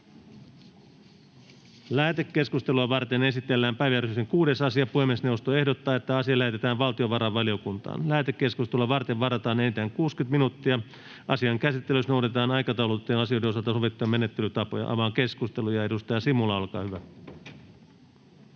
Lähetekeskustelua varten esitellään päiväjärjestyksen 6. asia. Puhemiesneuvosto ehdottaa, että asia lähetetään valtiovarainvaliokuntaan. Lähetekeskustelua varten varataan enintään 60 minuuttia. Asian käsittelyssä noudatetaan aikataulutettujen asioiden osalta sovittuja menettelytapoja. — Avaan keskustelun. Edustaja Simula, olkaa hyvä.